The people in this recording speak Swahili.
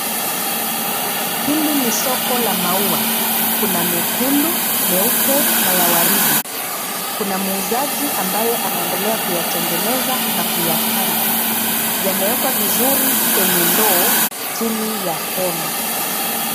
Hili ni soko la maua, kuna mekundu, meupe na ya waridi. Kuna muuzaji ambaye anaendelea kuyatengeneza na kuyapanga. Yamewekwa vizuri kwenye ndoo chini ya hema.